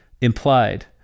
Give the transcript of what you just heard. implied